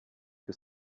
que